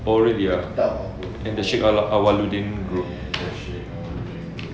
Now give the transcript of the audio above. oh really ah then the sheik alauddin group